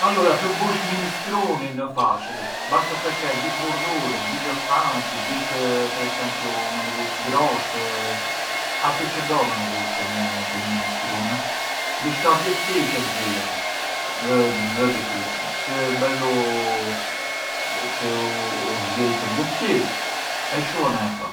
Allura të bush ministrunin ë facili, basta sa ke gjith vurdurët, gjith gli ortaggi, gjith… per esempiu mënd i vush grosht atë çë do mënd i vush te një ministrun, mbishkar gjërgjish e zien, ngë… ngë ë difficili, si ë belu çë u ziejtën gjërgjish e shuan e e ha.